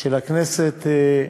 של הכנסת.